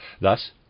Thus